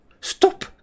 Stop